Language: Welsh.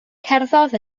cerddodd